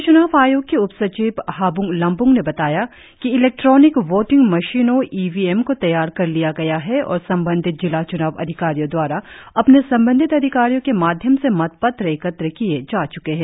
राज्य च्नाव आयोग के उप सचिव हाब्ंग लमप्ंग ने बताया कि इलेक्ट्रोनिक वोटिंग मशीनों ई वी एम को तैयार कर लिया गया है और संबंधित जिला च्नाव अधिकारियों दवारा अपने संबंधित अधिकारियों के माध्यम से मतपत्र एकत्र किए जा च्के है